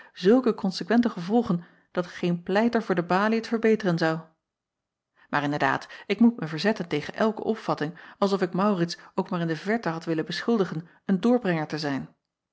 zulke konsequente gevolgen dat geen pleiter voor de balie t verbeteren zou aar inderdaad ik moet mij verzetten tegen elke opvatting als of ik aurits ook maar in de verte had willen beschuldigen een doorbrenger te zijn